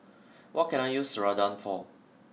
what can I use Ceradan for